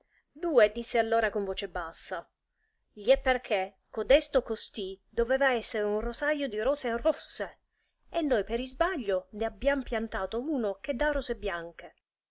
due disse allora con voce bassa gli è perchè codesto costì doveva essere un rosajo di rose rosse e noi per isbaglio ne abbiam piantato uno che dà rose bianche